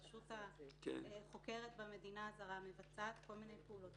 הרשות החוקרת במדינה הזרה מבצעת כל מיני פעולות